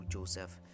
Joseph